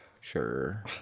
Sure